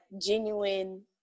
genuine